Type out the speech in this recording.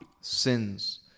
sins